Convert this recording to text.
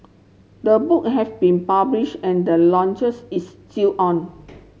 the book have been published and the launches is still on